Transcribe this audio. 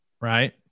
right